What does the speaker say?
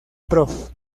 prof